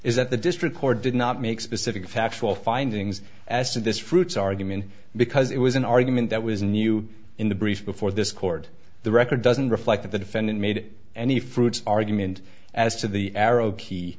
is that the district court did not make specific factual findings as to this fruit's argument because it was an argument that was new in the briefs before this court the record doesn't reflect that the defendant made any fruits argument as to the arrow key